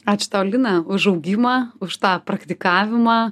ačiū tau lina už augimą už tą praktikavimą